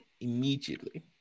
immediately